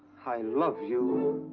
i love you.